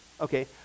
Okay